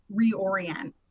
reorient